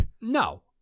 No